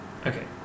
Okay